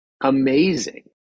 amazing